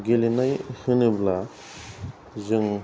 गेलेनाय होनोब्ला जों